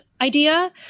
idea